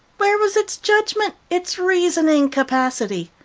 where was its judgment, its reasoning capacity?